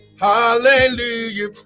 hallelujah